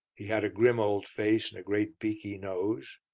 he had a grim old face and a great beaky nose.